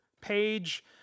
page